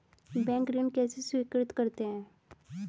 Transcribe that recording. Bank ऋण कैसे स्वीकृत करते हैं?